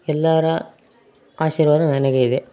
ಎಲ್ಲರ ಆಶೀರ್ವಾದ ನನಗೆ ಇದೆ